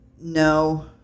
No